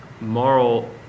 moral